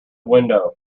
window